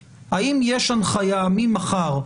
ממחר,